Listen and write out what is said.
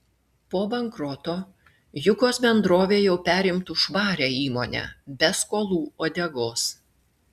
po bankroto jukos bendrovė jau perimtų švarią įmonę be skolų uodegos